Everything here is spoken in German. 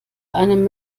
einem